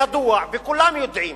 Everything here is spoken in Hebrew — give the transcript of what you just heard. ידוע, וכולם יודעים,